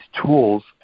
tools